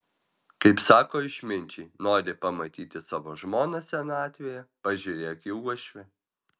kaip sako išminčiai nori pamatyti savo žmoną senatvėje pažiūrėk į uošvę